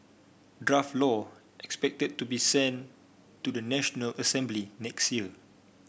draft law expected to be sent to the National Assembly next year